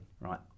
right